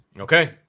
okay